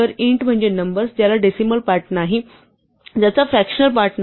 तर int म्हणजे numbers ज्यांचा डेसिमल पार्ट नाही ज्यांचा फ्रकॅशनल पार्ट नाही